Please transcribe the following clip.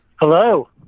hello